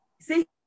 See